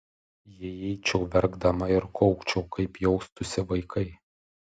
jei eičiau verkdama ir kaukčiau kaip jaustųsi vaikai